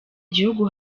gihugu